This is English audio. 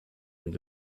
and